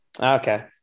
Okay